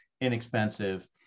inexpensive